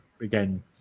again